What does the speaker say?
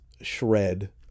shred